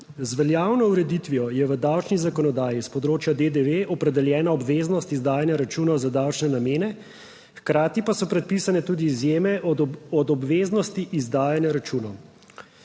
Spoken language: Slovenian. Z veljavno ureditvijo je v davčni zakonodaji s področja DDV opredeljena obveznost izdajanja računov za davčne namene, hkrati pa so predpisane tudi izjeme od obveznosti izdajanja računov.